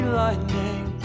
lightning